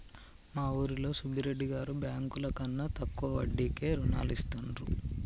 మా ఊరిలో సుబ్బిరెడ్డి గారు బ్యేంకుల కన్నా తక్కువ వడ్డీకే రుణాలనిత్తండ్రు